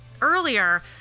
earlier